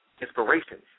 inspirations